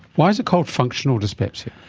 why is it called functional dyspepsia?